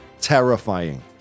Terrifying